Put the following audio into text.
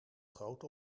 groot